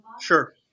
Sure